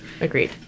agreed